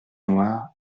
noire